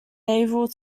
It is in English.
navel